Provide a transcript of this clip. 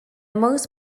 most